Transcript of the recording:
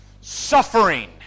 suffering